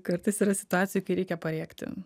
kartais yra situacijų kai reikia parėkti